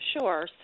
Sure